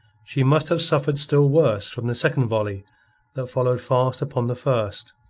she must have suffered still worse from the second volley that followed fast upon the first.